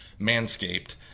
manscaped